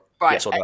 Right